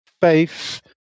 faith